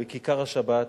בכיכר-השבת,